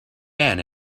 man